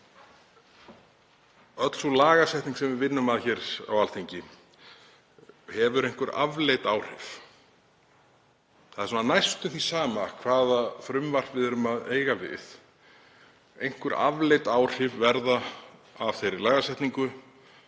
Það er næstum því sama hvaða frumvarp við erum að eiga við, einhver afleidd áhrif verða af þeirri lagasetningu